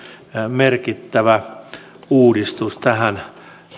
merkittävä uudistus tähän